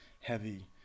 heavy